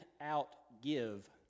out-give